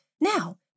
Now